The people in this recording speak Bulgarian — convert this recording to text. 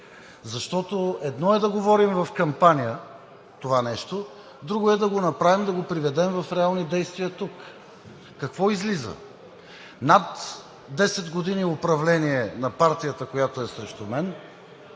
защото едно е да говорим в кампания това нещо, друго е да го направим, да го приведем в реални действия тук. Какво излиза? Над 10 години управление на партията, която е срещу мен,